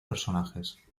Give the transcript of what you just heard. personajes